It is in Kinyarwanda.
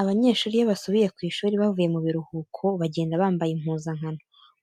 Abanyeshuri iyo basubiye ku ishuri bavuye mu biruhuko, bagenda bambaye impuzankano.